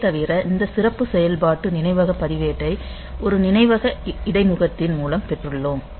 இதை தவிர இந்த சிறப்பு செயல்பாட்டு நினைவக பதிவேட்டை ஒரு நினைவக இடைமுகத்தின் மூலம் பெற்றுள்ளோம்